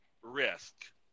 risk